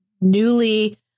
newly